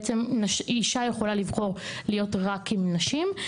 בעצם אישה יכולה לבחור להיות רק עם נשים.